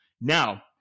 Now